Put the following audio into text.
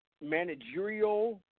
managerial